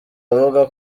avuga